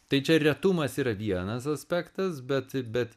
tai čia retumas yra vienas aspektas bet bet